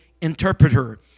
interpreter